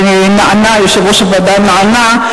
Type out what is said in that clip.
ויושב-ראש הוועדה נענה,